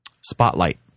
spotlight